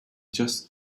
just